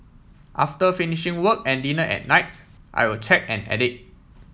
after finishing work and dinner at nights I will check and edit